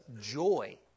joy